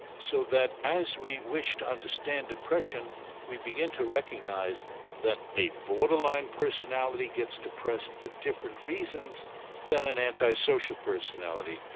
so that as we wish to understand depression we begin to recognise that a borderline personality gets depressed for different reasons than an anti-social personality,